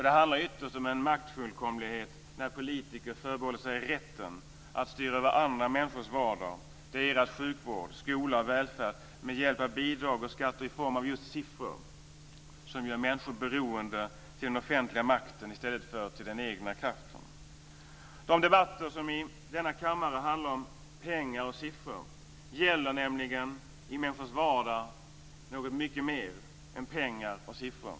Det handlar om maktfullkomlighet när politiker förbehåller sig rätten att styra över andra människors vardag - över deras sjukvård, skola och välfärd - med hjälp av bidrag och skatter i form av just siffror som gör människor beroende av den offentliga makten i stället för av den egna kraften. De debatter som i denna kammare handlar om pengar och siffror gäller nämligen i människors vardag något mycket mer än pengar och siffror.